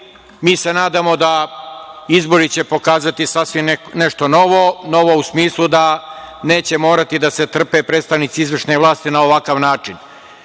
Mi se nadamo da izbori će pokazati sasvim nešto novo, novo u smislu da neće morati da se trpe predstavnici izvršne vlasti na ovakav način. Ovde